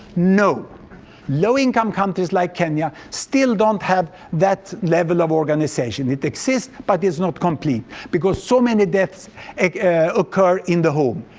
no low-income countries like kenya still don't have that level of organization. it exists, but it's not complete because so many deaths occur in the home